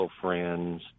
friends